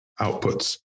outputs